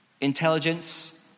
Intelligence